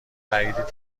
تایید